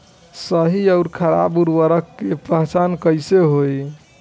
सही अउर खराब उर्बरक के पहचान कैसे होई?